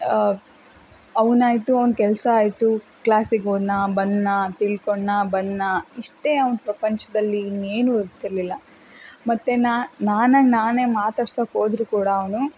ಅವನಾಯ್ತು ಅವನ ಕೆಲಸ ಆಯಿತು ಕ್ಲಾಸಿಗೆ ಹೋದನಾ ಬಂದನಾ ತಿಳ್ಕೊಂಡ್ನಾ ಬಂದನಾ ಇಷ್ಟೇ ಅವನ ಪ್ರಪಂಚದಲ್ಲಿ ಇನ್ನೇನು ಇರ್ತಿರ್ಲಿಲ್ಲ ಮತ್ತೆ ನಾನು ನಾನಾಗಿ ನಾನೇ ಮಾತಾಡ್ಸೋಕ್ಕೆ ಹೋದ್ರು ಕೂಡ ಅವನು